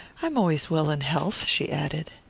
i'm always well in health, she added.